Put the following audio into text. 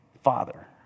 Father